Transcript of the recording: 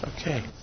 Okay